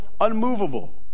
unmovable